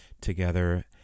Together